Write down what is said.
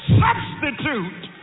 substitute